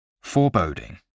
Foreboding